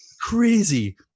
crazy